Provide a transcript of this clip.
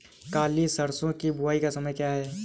काली सरसो की बुवाई का समय क्या होता है?